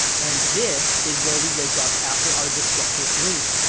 and this is where we wake up after our destructive dream,